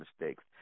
mistakes